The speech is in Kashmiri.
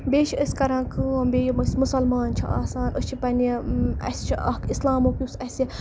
بیٚیہِ چھِ أسۍ کَران کٲم بیٚیہِ یِم أسۍ مُسلمان چھِ آسان أسۍ چھِ پنٛنہِ اَسہِ چھِ اَکھ اِسلامُک یُس اَسہِ